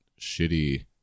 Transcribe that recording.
shitty